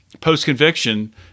post-conviction